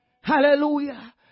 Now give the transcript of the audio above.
Hallelujah